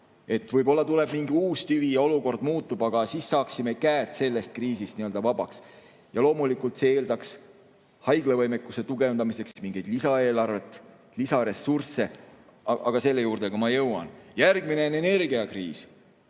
Võib-olla tuleb mingi uus tüvi, olukord muutub, aga siis saaksime käed sellest kriisist vabaks. Loomulikult see eeldaks haiglavõimekuse tugevdamiseks mingeid lisaeelarveid, lisaressursse. Aga selle juurde ma ka jõuan. Järgmine on energiakriis,